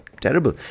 terrible